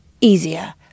easier